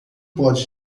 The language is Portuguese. pode